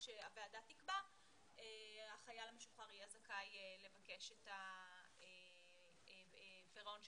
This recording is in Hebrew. שהוועדה תקבע החייל המשוחרר יהיה זכאי לבקש את פירעון הפיקדון.